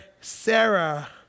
Sarah